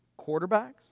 quarterbacks